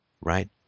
right